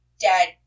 dad